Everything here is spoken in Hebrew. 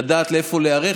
לדעת איפה להיערך.